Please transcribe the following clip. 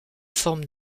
forme